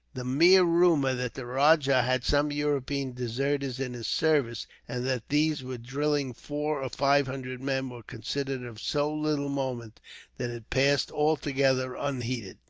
the mere rumour that the rajah had some european deserters in his service, and that these were drilling four or five hundred men, was considered of so little moment that it passed altogether unheeded.